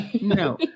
No